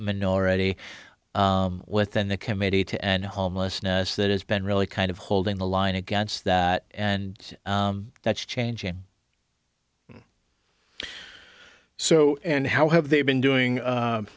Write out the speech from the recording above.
minority within the committee to end homelessness that has been really kind of holding the line against that and that's changing so and how have they been doing